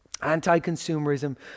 anti-consumerism